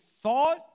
thought